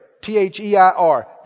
T-H-E-I-R